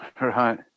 Right